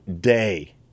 day